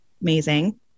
amazing